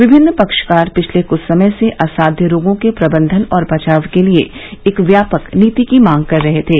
विभिन्न पक्षकार पिछले कुछ समय से असाध्य रोगों के प्रदंधन और बचाव के लिए एक व्यापक नीति की मांग कर रहे थे